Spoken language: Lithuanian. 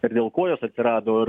ir dėl ko jos atsirado